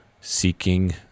seeking